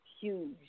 huge